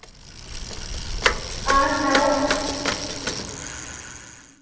हां सनाओ